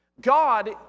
God